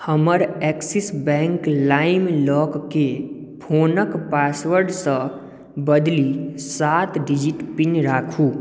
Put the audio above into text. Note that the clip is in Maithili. हमर एक्सिस बैंक लाइम लॉककेँ फोनक पासवर्डसँ बदलि सात डिजिट पिन राखू